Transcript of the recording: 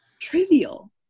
trivial